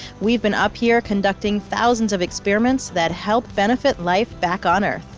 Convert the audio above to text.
we've been up here conducting thousands of experiments that help benefit life back on earth.